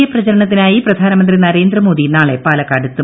A പ്രചരണത്തിനായി പ്രധാനമന്ത്രി നരേന്ദ്രമോദി നാളെ പാലക്കാട് എത്തും